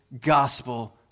gospel